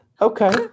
Okay